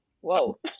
whoa